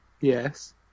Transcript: Yes